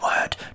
word